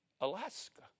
Alaska